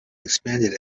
expanded